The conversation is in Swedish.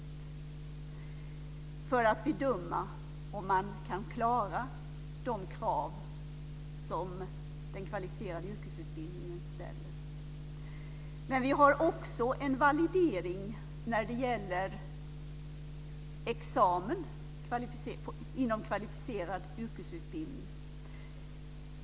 Det gör man för att bedöma om eleverna kan klara de krav som den kvalificerade yrkesutbildningen ställer. Så har man också en validering när det gäller examen inom kvalificerad yrkesutbildning.